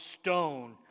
stone